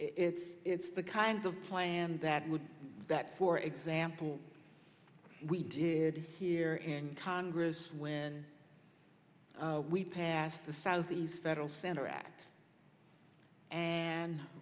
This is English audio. it's it's the kind of plan that would that for example we did here in congress when we passed the southeast federal center act and